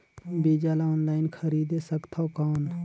बीजा ला ऑनलाइन खरीदे सकथव कौन?